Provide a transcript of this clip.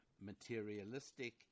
materialistic